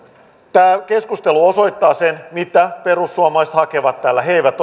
tämä keskustelu osoittaa sen mitä perussuomalaiset hakevat tällä he eivät